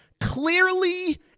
clearly